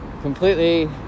completely